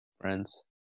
friends